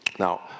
Now